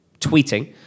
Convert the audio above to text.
tweeting